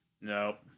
Nope